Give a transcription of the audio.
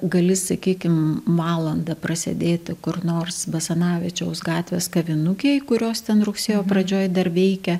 gali sakykim valandą prasėdėti kur nors basanavičiaus gatvės kavinukėj kurios ten rugsėjo pradžioje dar veikia